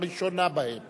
שהראשונה בהן